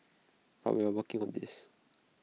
but we are working on this